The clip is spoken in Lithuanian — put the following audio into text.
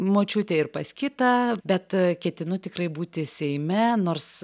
močiutę ir pas kitą bet ketinu tikrai būti seime nors